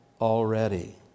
Already